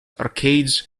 arcades